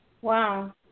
Wow